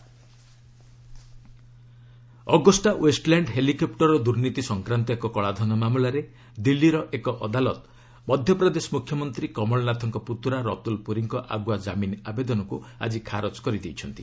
HC chopper Agusta Westland helicopter ଦ୍ରୁର୍ନୀତି ସଂକ୍ରାନ୍ତ ଏକ କଳାଧନ ମାମଲାରେ ଦିଲ୍ଲୀର ଏକ ଅଦାଲତ ମଧ୍ୟପ୍ରଦେଶ ମୁଖ୍ୟମନ୍ତ୍ରୀ କମଲନାଥଙ୍କ ପୁତୁରା ରତୁଲ ପୁରୀଙ୍କ ଆଗୁଆ ଜାମିନ୍ ଆବେଦନକୁ ଆଜି ଖାରଜ କରିଦେଇଛନ୍ତି